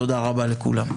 תודה רבה לכולם.